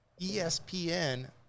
ESPN